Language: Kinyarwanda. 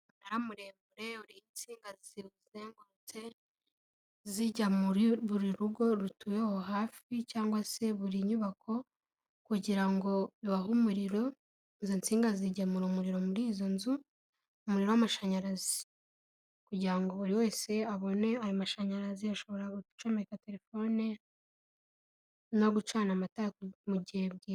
Umunara muremure, uriho insinga ziwuzengurutse zijya muri buri rugo rutuye aho hafi cyangwa se buri nyubako kugira ngo bibahe umuriro, izo nsinga zigemura umuriro muri izo nzu, umuriro w'amashanyarazi, kugira ngo buri wese abone ayo mashanyarazi ashobora gucomeka telefone no gucana amatara mu gihe bwije.